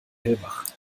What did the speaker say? hellwach